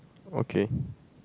okay